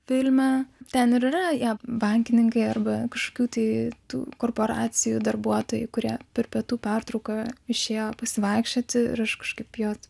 filme ten ir yra jie bankininkai arba kažkokių tai tų korporacijų darbuotojai kurie per pietų pertrauką išėjo pasivaikščioti ir aš kažkaip juos